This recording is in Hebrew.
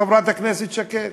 חברת הכנסת שקד?